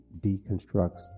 deconstructs